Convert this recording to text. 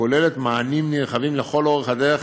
הכוללת מענים נרחבים לכל אורך הדרך,